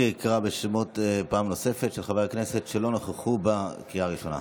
יקרא פעם נוספת בשמות חברי הכנסת שלא נכחו בקריאה הראשונה.